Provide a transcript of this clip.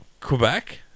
Quebec